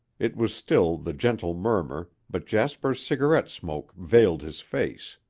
it was still the gentle murmur, but jasper's cigarette smoke veiled his face.